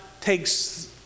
takes